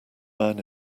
man